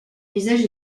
visage